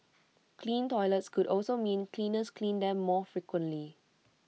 clean toilets could also mean cleaners clean them more frequently